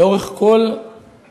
לאורך כל הדיון